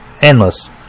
endless